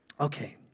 okay